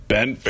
Ben